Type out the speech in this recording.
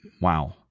Wow